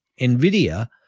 NVIDIA